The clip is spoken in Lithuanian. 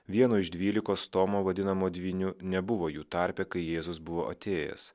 vieno iš dvylikos tomo vadinamo dvyniu nebuvo jų tarpe kai jėzus buvo atėjęs